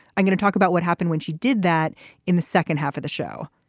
i'm going to talk about what happened when she did that in the second half of the show.